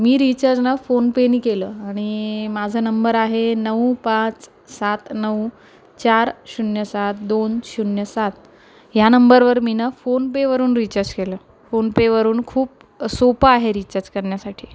मी recharge ना फोनपेनी केलं आणि माझा नंबर आहे नऊ पाच सात नऊ चार शून्य सात दोन शून्य सात ह्या नंबरवर मी ना फोनपेवरून रिचार्ज केलं फोनपेवरून खूप सोपं आहे रिचार्ज करण्यासाठी